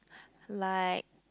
like